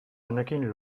honekin